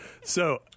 So-